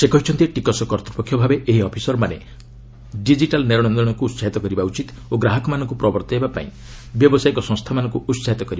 ସେ କହିଛନ୍ତି ଟିକସ କର୍ତ୍ତପକ୍ଷଭାବେ ଏହି ଅଫିସରମାନେ ଡିକିଟାଲ୍ ନେଶଦେଶକୁ ଉତ୍ସାହିତ କରିବା ଉଚିତ ଓ ଗ୍ରାହକମାନଙ୍କୁ ପ୍ରବର୍ତ୍ତାଇବାପାଇଁ ବ୍ୟାବସାୟିକ ସଂସ୍ଥାମାନଙ୍କୁ ଉତ୍ସାହିତ କରିବା ଉଚିତ